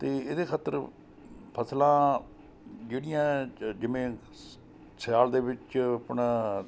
ਅਤੇ ਇਹਦੇ ਖਾਤਰ ਫਸਲਾਂ ਜਿਹੜੀਆਂ ਜਿਵੇਂ ਸਿਆਲ ਦੇ ਵਿੱਚ ਆਪਣਾ